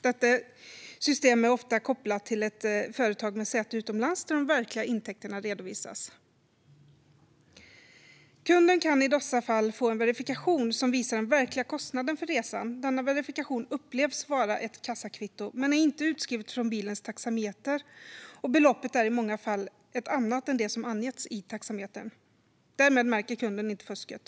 Detta system är ofta kopplat till ett företag med säte utomlands där de verkliga intäkterna redovisas. Kunden kan i dessa fall få en verifikation som visar den verkliga kostnaden för resan. Denna verifikation upplevs vara ett kassakvitto, men det är inte utskrivet från bilens taxameter, och beloppet är i många fall ett annat än det som angetts i taxametern. Därmed märker kunden inte fusket.